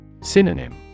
Synonym